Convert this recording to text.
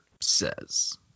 says